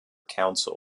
council